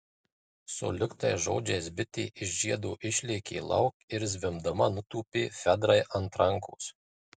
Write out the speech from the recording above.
sulig tais žodžiais bitė iš žiedo išlėkė lauk ir zvimbdama nutūpė fedrai ant rankos